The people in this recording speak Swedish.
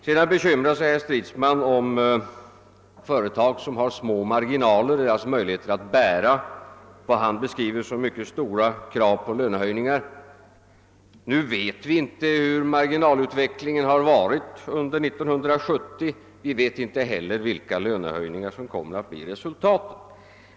Sedan bekymrade sig herr Stridsman om de företag som har små marginaler och små möjligheter att bära vad han beskriver som mycket stora krav på lönehöjningar. Nu vet vi inte vilken marginalutveckling företagen haft under 1970. Vi vet inte' heller vilka lönehöjningar som kommer att bli resultatet av avtalsförhandlingarna.